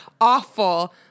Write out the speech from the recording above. awful